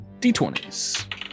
D20s